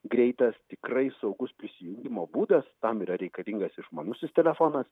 greitas tikrai saugus prisijungimo būdas tam yra reikalingas išmanusis telefonas